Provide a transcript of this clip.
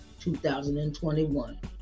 2021